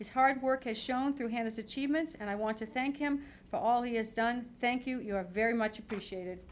is hard work has shown through and i want to thank him for all he has done thank you very much appreciate